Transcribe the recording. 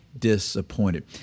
disappointed